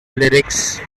lyrics